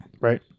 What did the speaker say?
Right